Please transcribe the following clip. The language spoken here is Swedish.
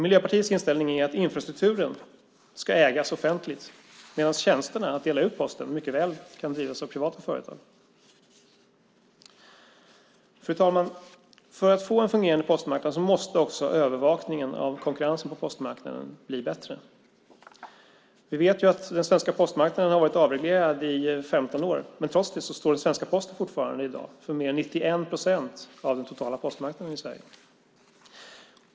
Miljöpartiets inställning är att infrastrukturen ska ägas offentligt medan tjänsterna, att dela ut posten, mycket väl kan drivas av privata företag. Fru talman! För att få en fungerande postmarknad måste också övervakningen av konkurrensen på postmarknaden bli bättre. Den svenska postmarknaden har varit avreglerad i 15 år. Trots det står Posten fortfarande för mer än 91 procent av den totala postmarknaden i Sverige.